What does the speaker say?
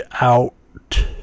out